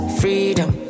freedom